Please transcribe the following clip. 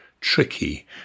tricky